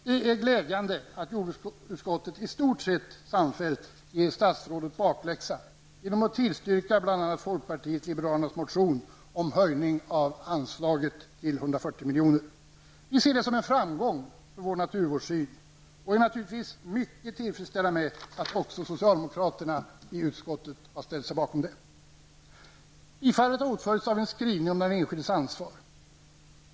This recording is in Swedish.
Det är glädjande att jordbruksutskottet i stort sett samfällt ger statsrådet bakläxa genom att tillstyrka bl.a. folkpartiet liberalernas motion om höjning av anslaget till 140 milj.kr. Vi ser det som en framgång för vår naturvårdssyn och är naturligtvis mycket tillfredsställda med att också socialdemokraterna i utskottet har ställt sig bakom förslaget. Tillstyrkandet har åtföljts av en skrivning om den enskildes ansvar.